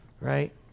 right